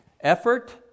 Effort